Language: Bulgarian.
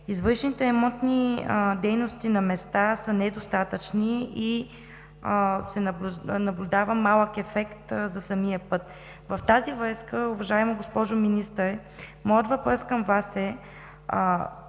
Извършените ремонтни дейности на места са недостатъчни и се наблюдава малък ефект за самия път. В тази връзка, уважаема госпожо Министър, моят въпрос към Вас е: